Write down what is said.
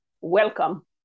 welcome